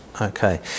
Okay